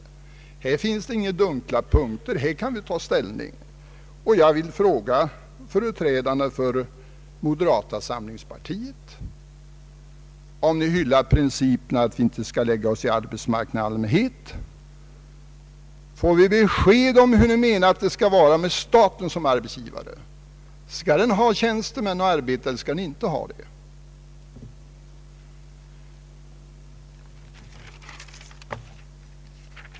Men här finns inga dunkla punkter. Här kan vi ta ställning. Jag vill fråga företrädarna för moderata samlingspartiet om ni hyllar principen att vi inte skalll lägga oss i arbetsmarknaden i allmänhet? Får vi besked om hur ni menar att det skall vara med staten såsom arbetsgivare? Skall den ha tjänstemän och arbetare eller inte?